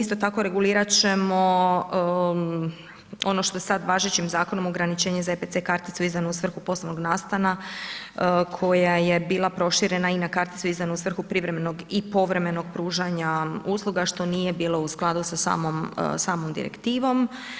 Isto tako regulirat ćemo ono što je sad važećim ograničenje za EPC karticu izdanu u svrhu posebnog nastana koja je bila proširena i na karticu izdanu u svrhu privremenog i povremenog pružanja usluga što nije bilo u skladu sa samom direktivom.